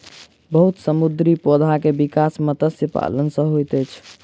बहुत समुद्री पौधा के विकास मत्स्य पालन सॅ होइत अछि